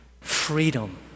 freedom